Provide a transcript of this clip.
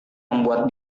membuat